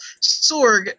Sorg